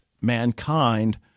mankind